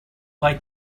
like